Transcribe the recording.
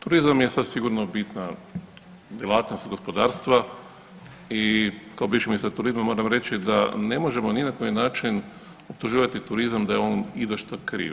Turizam je sada sigurno bitna djelatnost gospodarstva i kao bivši ministar turizma moram reći da ne možemo ni na koji način optuživati turizam da je on i za što kriv.